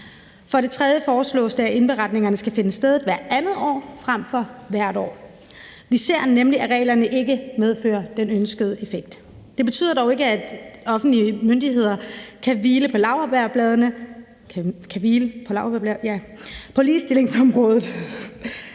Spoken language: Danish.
For det tredje foreslås det, at indberetningerne skal finde sted hvert andet år frem for hvert år. Vi ser nemlig, at reglerne ikke medfører den ønskede effekt. Det betyder dog ikke, at offentlige myndigheder kan hvile på laurbærrene på ligestillingsområdet.